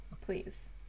Please